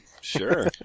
Sure